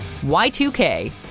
Y2K